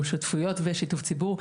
עם שותפויות ושיתוף ציבור.